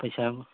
ꯄꯩꯁꯥꯕꯨ